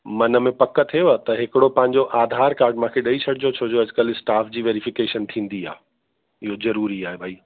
मन में पक थिएव त हिकिड़ो पंहिंजो आधार काड मांखे ॾेई छॾिजो छो जो अॼुकल्ह स्टाफ जी वैरिफिकेशन थींदी आहे इहो ज़रूरी आहे भाई